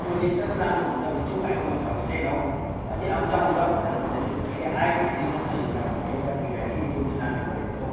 त्यसले एकदम राम्रो हुन्छ भने त्यो भाइकोमा छ कि छैन हौ अस्ती आउँछ आउँछ भनेर भन्दैथ्यो कि भाइले आयो भने दिनुहोस् न एउटा मलाई एउटा दुइटा कि त्यो पनि लानु परेको छ हौ